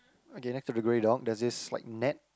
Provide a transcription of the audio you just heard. okay next to the grey dog there's this like net